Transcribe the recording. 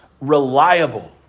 reliable